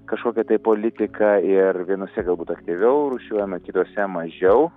kažkokią tai politiką ir vienose galbūt aktyviau rūšiuojama kitose mažiau